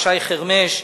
שי חרמש,